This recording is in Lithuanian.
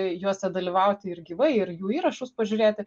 juose dalyvauti ir gyvai ir jų įrašus pažiūrėti